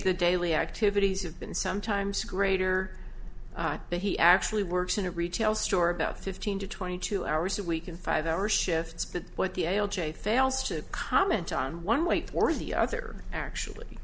the daily activities have been sometimes greater that he actually works in a retail store about fifteen to twenty two hours a week in five hour shifts but what the l j fails to comment on one way or the other actually